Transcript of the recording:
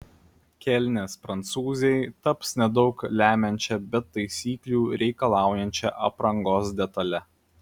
kelnės prancūzei taps nedaug lemiančia bet taisyklių reikalaujančia aprangos detale